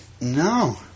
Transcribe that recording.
No